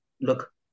look